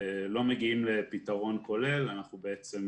שאנחנו לא מגיעים לפתרון כולל, אנחנו בעצם